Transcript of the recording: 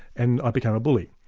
and i became a bully.